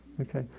Okay